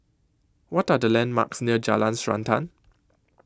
What Are The landmarks near Jalan Srantan